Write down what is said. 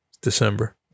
December